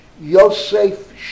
Yosef